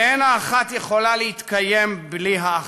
ואין האחת יכולה להתקיים בלי האחרת,